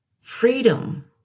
Freedom